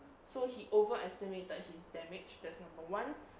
so he over estimated his damage that's number one